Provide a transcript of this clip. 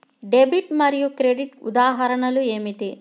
Debit మరియు credit ఉదాహరణలు ఏమిటీ?